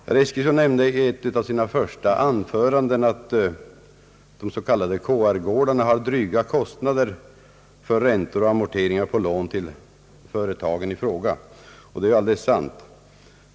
Herr Eskilsson nämnde i ett av sina första anföranden att de s.k. KR-gårdarna har dryga kostnader för räntor och amorteringar på lån till företagen i fråga, och det är alldeles sant.